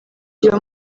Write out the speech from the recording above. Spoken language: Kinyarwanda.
iyo